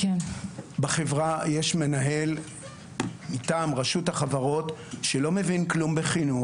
יש בחברה מנהל מטעם רשות החברות שלא מבין כלום בחינוך.